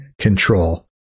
control